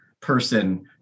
person